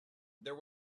there